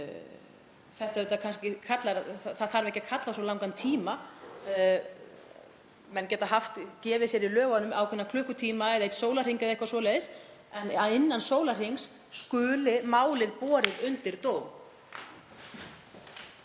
Þetta þarf ekki að kalla á svo langan tíma. Menn geta gefið sér í lögunum ákveðna klukkutíma eða einn sólarhring eða eitthvað svoleiðis, en að innan sólarhrings skuli málið borið undir dóm.